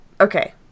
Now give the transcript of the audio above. okay